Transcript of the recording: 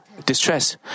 Distress